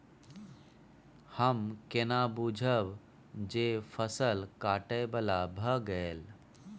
हम केना बुझब जे फसल काटय बला भ गेल?